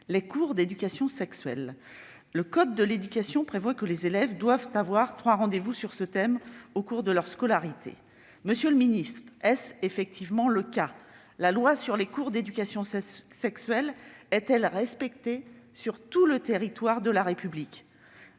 les cours d'éducation sexuelle. Le code de l'éducation prévoit que les élèves doivent avoir trois rendez-vous sur ce thème au cours de leur scolarité. Monsieur le ministre, est-ce effectivement le cas ? La loi sur les cours d'éducation sexuelle est-elle respectée sur tout le territoire de la République ?